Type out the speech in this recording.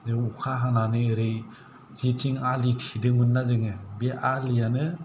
बे अखा हानानै ओरै जेथिं आलि थेदोंमोनना जोङो बे आलिआनो